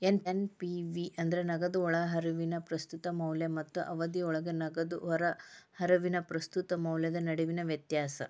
NPV ಅಂದ್ರ ನಗದು ಒಳಹರಿವಿನ ಪ್ರಸ್ತುತ ಮೌಲ್ಯ ಮತ್ತ ಅವಧಿಯೊಳಗ ನಗದು ಹೊರಹರಿವಿನ ಪ್ರಸ್ತುತ ಮೌಲ್ಯದ ನಡುವಿನ ವ್ಯತ್ಯಾಸ